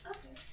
Okay